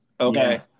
okay